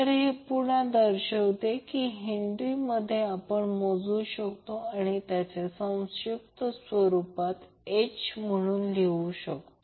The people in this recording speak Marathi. तर हे पुन्हा दर्शवू शकतो हे हेंद्री मध्ये मोजू शकतो किंवा तुम्ही संक्षिप्त रुपात H लिहू शकता